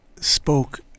Spoke